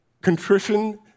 contrition